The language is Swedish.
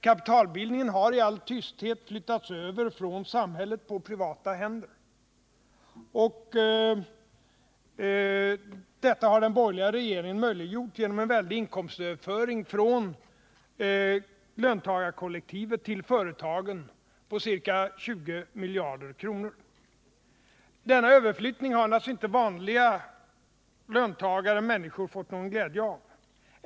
Kapitalbildningen har i all tysthet flyttats över från samhället på privata händer. Detta har den borgerliga regeringen möjliggjort genom en väldig inkomstöverföring från löntagarkollektivet till företagen på ca 20 miljarder kronor. Denna överflyttning har naturligtvis inte vanliga människor fått någon glädje av.